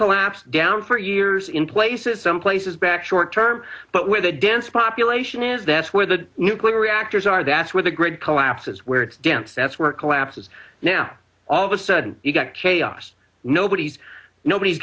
collapsed down for years in places some places back short term but where the dense population is that's where the nuclear reactors are that's where the grid collapses where it's dense that's where collapses now all of a sudden you've got chaos nobody's nobody's